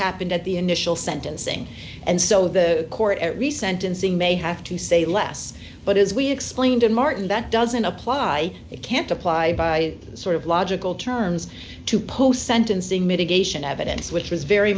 happened at the initial sentencing and so the court re sentencing may have to say less but as we explained to martin that doesn't apply they can't apply sort of logical terms to post sentencing mitigation evidence which is very